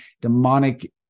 demonic